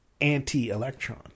anti-electron